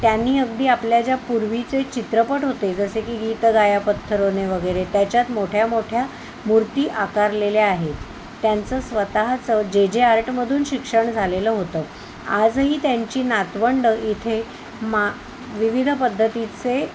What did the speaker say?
त्यांनी अगदी आपल्या ज्या पूर्वीचे चित्रपट होते जसे की गीत गाया पत्थरोने वगैरे त्याच्यात मोठ्या मोठ्या मूर्ती आकारलेल्या आहेत त्यांचं स्वतःचं जे जे आर्टमधून शिक्षण झालेलं होतं आजही त्यांची नातवंड इथे मा विविध पद्धतीचे